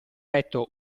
letto